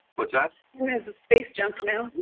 what's that? where's the space junk now?